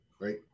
right